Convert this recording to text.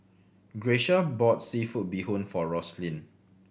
Grecia bought seafood bee hoon for Roslyn